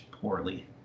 poorly